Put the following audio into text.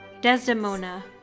Desdemona